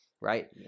right